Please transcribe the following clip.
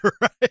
right